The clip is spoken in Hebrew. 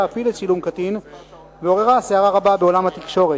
אף היא לצילום קטין ועוררה סערה רבה בעולם התקשורת.